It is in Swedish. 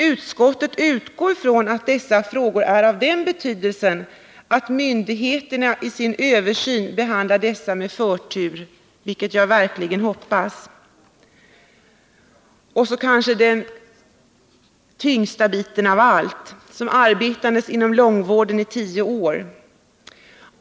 Utskottet utgår från att dessa frågor är av den betydelsen att myndigheterna i sin översyn behandlar dem med förtur. Jag hoppas verkligen det. Så kommer jag till den kanske tyngsta biten av allt. Jag har arbetat inom långvården i tio år.